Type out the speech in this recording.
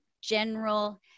general